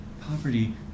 Poverty